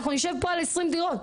אנחנו נשב פה על 20 דירות.